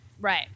Right